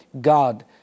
God